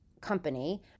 company